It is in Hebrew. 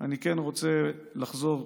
אני רוצה לחזור,